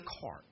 cart